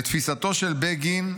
"לתפיסתו של בגין,